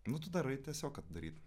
nu tu darai tiesiog kad daryt